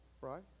right